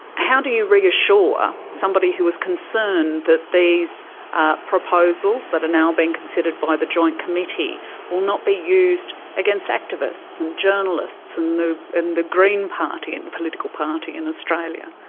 how do you reassure somebody who is concerned that these ah proposals that are now being considered by the joint committee will not be used against activists and journalists and and the green party, and political party, in australia?